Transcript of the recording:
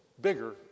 bigger